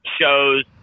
shows